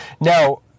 Now